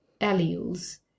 alleles